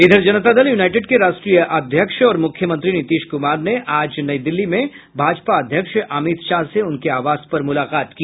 इधर जनता दल यूनाइटेड के राष्ट्रीय अध्यक्ष और मुख्यमंत्री नीतीश कुमार ने आज नई दिल्ली में भाजपा अध्यक्ष अमित शाह से उनके आवास पर मुलाकात की